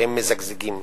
שהם מזגזגים.